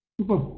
Super